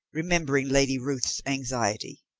remembering lady ruth's anxiety.